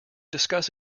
discuss